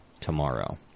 tomorrow